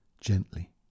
gently